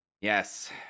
Yes